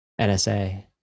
NSA